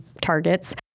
targets